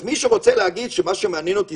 אז מי שרוצה להגיד שמה שמעניין אותי